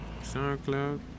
SoundCloud